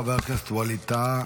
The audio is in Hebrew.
חבר הכנסת ווליד טאהא,